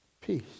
peace